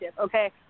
okay